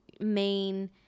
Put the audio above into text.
main